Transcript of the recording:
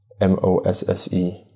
M-O-S-S-E